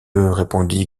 répondit